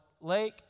Lake